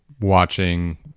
watching